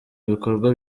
bikorwa